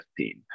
15